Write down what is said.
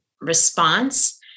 response